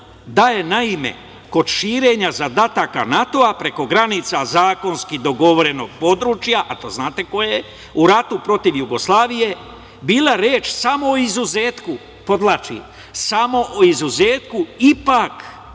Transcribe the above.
da je kod širenja zadataka NATO preko granica zakonski dogovorenog područja, a to znate koje je, u ratu protiv Jugoslavije bila reč samo o izuzetku ipak je jasno, priznaje da